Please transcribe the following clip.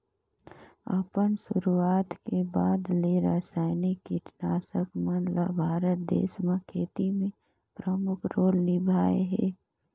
अपन शुरुआत के बाद ले रसायनिक कीटनाशक मन ल भारत देश म खेती में प्रमुख रोल निभाए हे